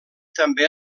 també